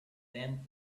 them